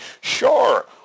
Sure